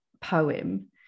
poem